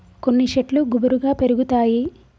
కొన్ని శెట్లు గుబురుగా పెరుగుతాయి